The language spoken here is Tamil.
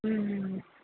ம் ம் ம்